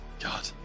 God